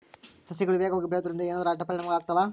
ಸಸಿಗಳು ವೇಗವಾಗಿ ಬೆಳೆಯುವದರಿಂದ ಏನಾದರೂ ಅಡ್ಡ ಪರಿಣಾಮಗಳು ಆಗ್ತವಾ?